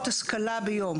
השכלה ביום.